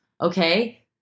okay